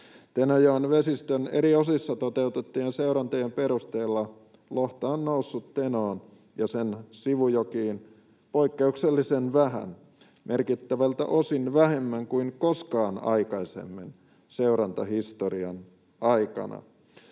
Tenojoen vesistön eri osissa toteutettujen seurantojen perusteella lohta on noussut Tenoon ja sen sivujokiin poikkeuksellisen vähän, merkittäviltä osin vähemmän kuin koskaan aikaisemmin seurantahistorian aikana.